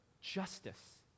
justice